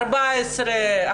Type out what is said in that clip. גילאי 14,